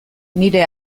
nire